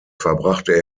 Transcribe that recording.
verbrachte